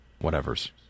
whatever's